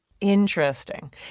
interesting